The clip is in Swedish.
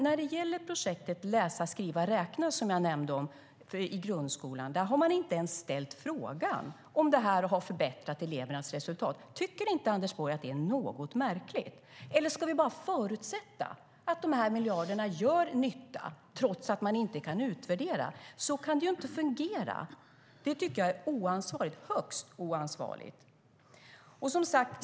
När det gäller projektet i grundskolan läsa, skriva, räkna, som jag nämnde, har man inte ens ställt frågan om det har förbättrat elevernas resultat. Tycker inte Anders Borg att det är något märkligt? Eller ska vi bara förutsätta att de miljarderna gör nytta trots att man inte kan utvärdera? Så kan det inte fungera. Det är högst oansvarigt.